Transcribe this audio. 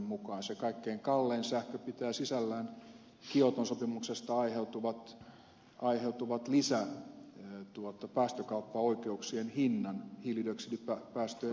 se kaikkein kallein sähkö pitää sisällään kioton sopimuksesta aiheutuvan lisäpäästökauppaoikeuksien hinnan hiilidioksidipäästöjen lisähinnan